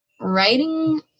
writing